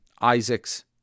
Isaac's